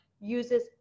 uses